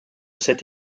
cet